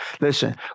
Listen